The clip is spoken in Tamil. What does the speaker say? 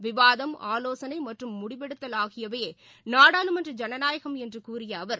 விவாதம் ஆலோசனை மற்றும் முடிவெடுத்தல் ஆகியவையே நாடாளுமன்ற ஜனநாயகம் என்று கூறிய அவர்